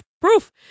proof